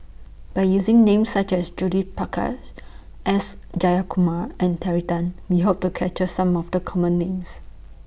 By using Names such as Judith Prakash S Jayakumar and Terry Tan We Hope to capture Some of The Common Names